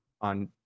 on